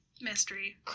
Mystery